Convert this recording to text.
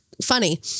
funny